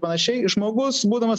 panašiai žmogus būdamas